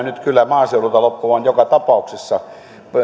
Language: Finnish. nyt kyllä näyttävät maaseudulta loppuvan joka tapauksessa